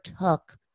took